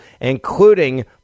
including